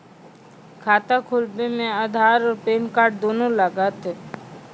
खाता खोलबे मे आधार और पेन कार्ड दोनों लागत?